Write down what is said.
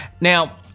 now